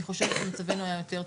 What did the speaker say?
אני חושבת שמצבנו היה יותר טוב,